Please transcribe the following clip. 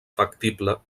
factible